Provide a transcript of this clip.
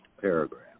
paragraph